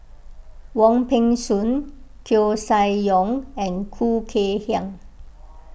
Wong Peng Soon Koeh Sia Yong and Khoo Kay Hian